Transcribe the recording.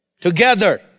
together